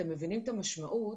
אתם מבינים את המשמעות,